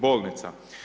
Bolnica.